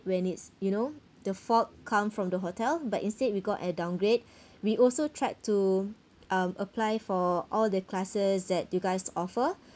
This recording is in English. when it's you know the fault come from the hotel but instead we got a downgrade we also tried to um apply for all the classes that you guys offer